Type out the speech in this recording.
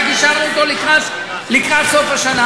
רק אישרנו אותו לקראת סוף השנה.